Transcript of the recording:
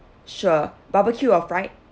sure barbecue of fried